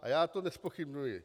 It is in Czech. A já to nezpochybňuji.